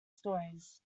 stories